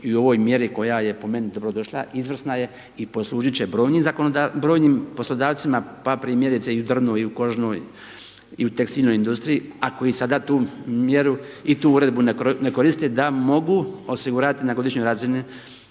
i u ovoj mjeri koja je po meni dobro došla, izvrsna je i poslužiti će brojnim poslodavcima pa primjerice i u drvnoj i u kožnoj i u tekstilnoj industriji a koji sada tu mjeru i tu uredbu ne koriste da mogu osigurati na godišnjoj razini,